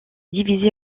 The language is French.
divisé